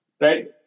right